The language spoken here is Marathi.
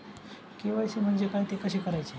के.वाय.सी म्हणजे काय? ते कसे करायचे?